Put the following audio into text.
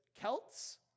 Celts